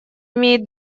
имеет